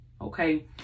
Okay